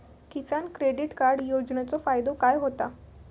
किसान credit card योजनेचो फायदो काय होता?